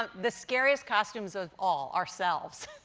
um the scariest costumes of all ourselves.